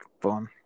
fun